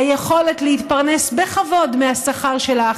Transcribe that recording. היכולת להתפרנס בכבוד מהשכר שלך,